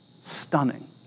stunning